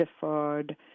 deferred